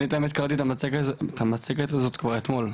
האמת שקראתי את המצגת כבר אתמול,